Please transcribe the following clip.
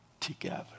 together